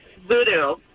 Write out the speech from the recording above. Voodoo